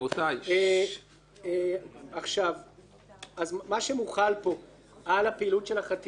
מה שמוחל פה על פעילות החטיבה,